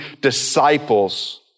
disciples